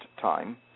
time